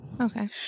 Okay